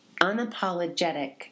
unapologetic